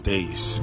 Days